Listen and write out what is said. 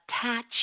attach